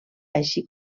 així